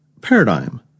Paradigm